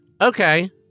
Okay